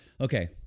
okay